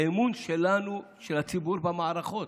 באמון שלנו, של הציבור, במערכות.